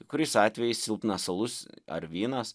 kai kuriais atvejais silpnas alus ar vynas